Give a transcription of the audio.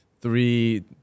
three